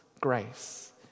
grace